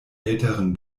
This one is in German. älteren